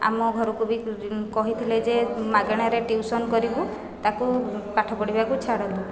ଆମ ଘରକୁ ବି କହିଥିଲେ ଯେ ମାଗଣାରେ ଟିଉସନ୍ କରିବୁ ତାକୁ ପାଠ ପଢ଼ିବାକୁ ଛାଡ଼ନ୍ତୁ